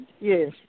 Yes